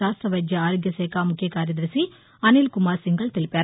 రాష్ట వైద్య ఆరోగ్య శాఖ ముఖ్య కార్యదర్శి అనిల్ కుమార్ సింఘాల్ తెలిపారు